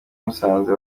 musanze